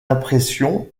impressions